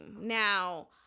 now